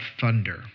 thunder